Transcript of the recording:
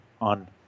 on